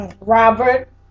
Robert